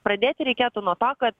pradėti reikėtų nuo to kad